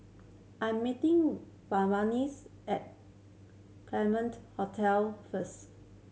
I'm meeting at Hotel first